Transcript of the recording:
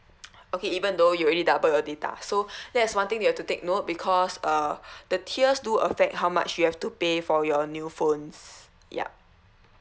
okay even though you already double your data so that is something you have to take note because uh the tiers do affect how much you have to pay for your new phones ya